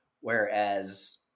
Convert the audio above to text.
whereas